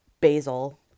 basil